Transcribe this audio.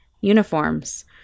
uniforms